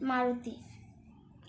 Maruti